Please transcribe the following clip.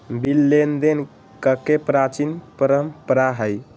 bill लेनदेन कके प्राचीन परंपरा हइ